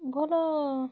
ଭଲ